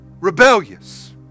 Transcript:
Rebellious